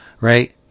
right